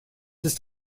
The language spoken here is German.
ist